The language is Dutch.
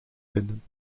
vinden